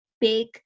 big